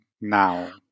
now